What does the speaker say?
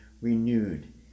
renewed